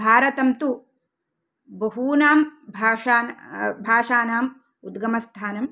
भारतं तु बहूनां भाषा भाषानाम् उद्गमस्थानं